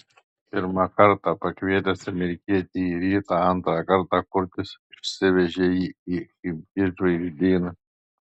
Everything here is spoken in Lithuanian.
pirmą kartą pakvietęs amerikietį į rytą antrą kartą kurtis išsivežė jį į chimki žvaigždyną